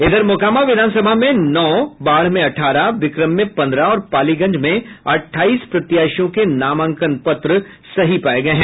इधर मोकामा विधानसभा में नौ बाढ़ में अठारह विक्रम में पंद्रह और पालीगंज में अट्ठाईस प्रत्याशियों के नामांकन पत्र सही पाये गये हैं